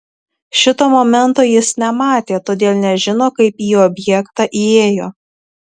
šito momento jis nematė todėl nežino kaip į objektą įėjo